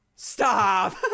Stop